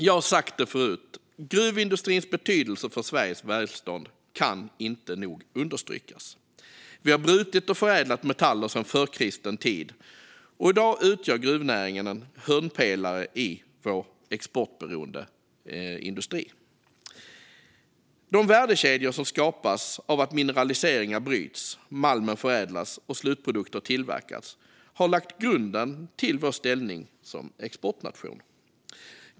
Jag har sagt det förut: Gruvindustrins betydelse för Sveriges välstånd kan inte nog understrykas. Vi har brutit och förädlat metaller sedan förkristen tid, och i dag utgör gruvnäringen en hörnpelare i vår exportberoende industri. De värdekedjor som skapas av att mineraliseringar bryts, malmen förädlas och slutprodukter tillverkas har lagt grunden till vår ställning som exportnation.